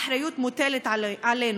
האחריות מוטלת עלינו,